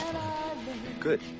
Good